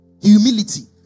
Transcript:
Humility